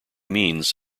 means